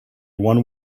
one